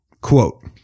Quote